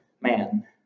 man